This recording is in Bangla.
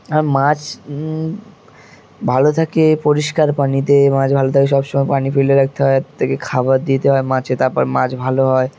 আর মাছ ভালো থাকে পরিষ্কার পানিতে মাছ ভালো থাকে সবসময় পানি তুলে রাখতে হয় থেকে খাবার দিতে হয় মাছে তারপর মাছ ভালো হয়